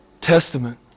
Testament